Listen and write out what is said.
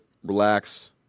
Relax